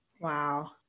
Wow